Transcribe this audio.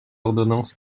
ordonnances